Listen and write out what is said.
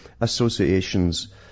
associations